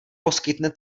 poskytne